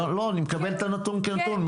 אני מקבל את הנתון כנתון.